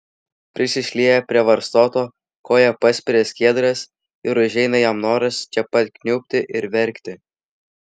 prisišlieja prie varstoto koja paspiria skiedras ir užeina jam noras čia pat kniubti ir verkti